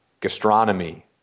gastronomy